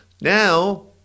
Now